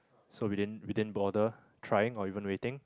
so we didn't we didn't bother trying or even waiting